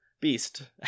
Beast